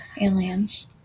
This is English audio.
aliens